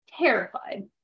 terrified